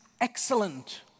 excellent